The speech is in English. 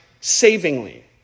savingly